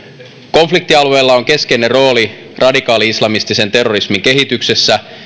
konfliktialueilla on keskeinen rooli radikaali islamistisen terrorismin kehityksessä